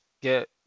get